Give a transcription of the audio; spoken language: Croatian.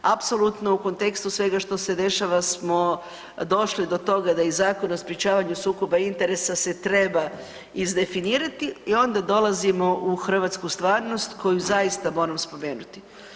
Apsolutno u kontekstu svega što se dešava smo došli do toga da i Zakon o sprječavanju sukoba interesa se treba izdefinirati i onda dolazimo u hrvatsku stvarnost koju zaista moram spomenuti.